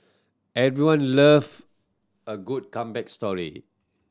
everyone love a good comeback story